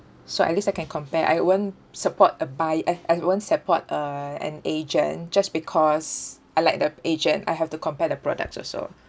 so at least I can compare I won't support a buy I I won't support uh an agent just because I like the p~ agent I have to compare the products also